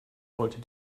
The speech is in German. wollte